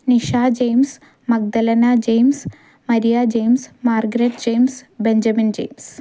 Nisha James Magdalena James Maria James Margaret James Benjamin James